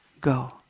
go